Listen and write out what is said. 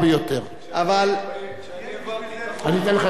אבל, כשאני העברתי את החוק, זה היה,